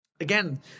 Again